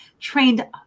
trained